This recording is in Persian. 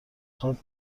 خواب